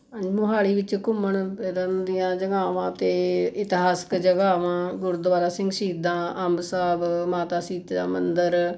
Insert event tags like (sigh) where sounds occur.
(unintelligible) ਮੋਹਾਲੀ ਵਿੱਚ ਘੁੰਮਣ ਫਿਰਨ ਦੀਆਂ ਜਗ੍ਹਾਵਾਂ ਅਤੇ ਇਤਿਹਾਸਿਕ ਜਗ੍ਹਾਵਾਂ ਗੁਰਦੁਆਰਾ ਸਿੰਘ ਸ਼ਹੀਦਾਂ ਅੰਬ ਸਾਹਿਬ ਮਾਤਾ ਸ਼ੀਤਲਾ ਮੰਦਰ